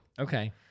Okay